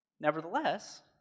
Nevertheless